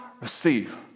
receive